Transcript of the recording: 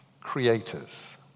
creators